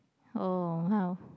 oh !wah!